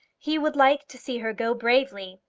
he would like to see her go bravely.